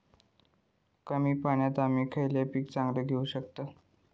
कमी पाण्यात आम्ही खयला पीक चांगला घेव शकताव?